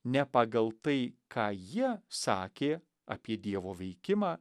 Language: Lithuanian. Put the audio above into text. ne pagal tai ką jie sakė apie dievo veikimą